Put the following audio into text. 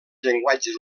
llenguatges